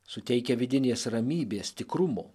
suteikia vidinės ramybės tikrumo